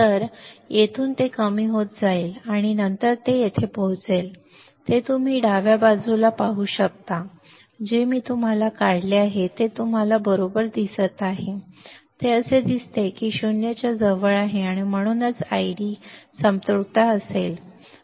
तर येथून ते कमी होत जाईल आणि नंतर ते येथे पोहोचेल जे तुम्ही डाव्या बाजूला येथे पाहू शकता जे मी तुम्हाला काढले आहे ते तुम्हाला बरोबर दिसत आहे असे दिसते की ते 0 च्या जवळ येत आहे आणि म्हणूनच ID आयडी संपृक्तता असेल